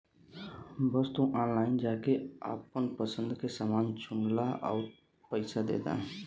बस तू ऑनलाइन जाके आपन पसंद के समान चुनला आउर पइसा दे दा